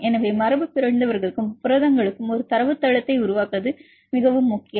எனவே மரபுபிறழ்ந்தவர்களுக்கும் புரதங்களுக்கும் ஒரு தரவுத்தளத்தை உருவாக்குவது முக்கியம்